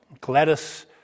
Gladys